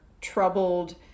troubled